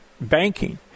banking